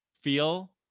feel